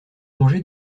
congé